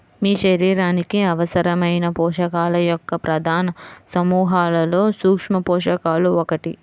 మీ శరీరానికి అవసరమైన పోషకాల యొక్క ప్రధాన సమూహాలలో సూక్ష్మపోషకాలు ఒకటి